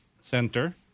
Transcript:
Center